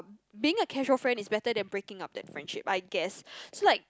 being a casual friend is better than breaking up that friendship I guess so like